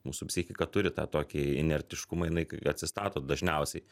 mūsų psichika turi tą tokį inertiškumą jinai atsistato dažniausiai